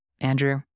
Andrew